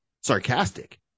sarcastic